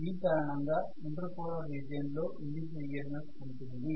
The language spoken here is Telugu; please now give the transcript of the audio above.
ఈ కారణంగా ఇంటర్ పోలార్ రీజియన్ లో ఇండ్యూస్డ్ EMF ఉంటుంది